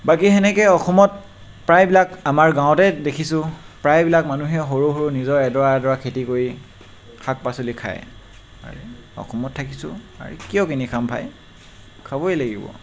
বাকী সেনেকৈ অসমত প্ৰায়বিলাক আমাৰ গাঁৱতে দেখিছোঁ প্ৰায়বিলাক মানুহে সৰু সৰু নিজৰ এডৰা এডৰা খেতি কৰি শাক পাচলি খায় অসমত থাকিছোঁ আৰে কিয় কিনি খাম ভাই খাবই লাগিব